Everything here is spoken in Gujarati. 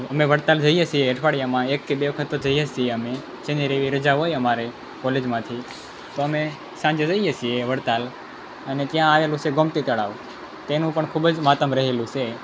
અમે વડતાલ જઈએ છીએ અઠવાડિયામાં એક કે બે વખત તો જઈએ જ છીએ અમે શનિ રવિ રજા હોય અમારે કોલેજમાંથી તો અમે સાંજે જઈએ છીએ વડતાલ અને ત્યાં આવેલું છે ગોમતી તળાવ તેનું પણ ખૂબ જ મહાતમ રહેલું છે